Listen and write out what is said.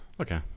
Okay